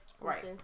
Right